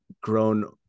grown